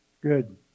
Good